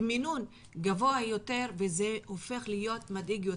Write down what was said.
במינון גבוה יותר וזה הופך להיות מדאיג יותר.